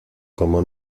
como